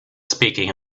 speaking